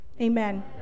Amen